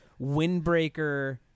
Windbreaker